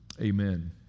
Amen